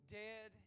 dead